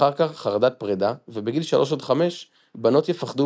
אח"כ חרדת פרידה ובגיל 3-5 בנות יפחדו